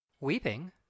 weeping